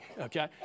Okay